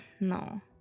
No